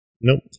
Nope